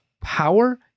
power